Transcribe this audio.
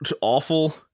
awful